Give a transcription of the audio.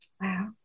Wow